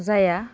जाया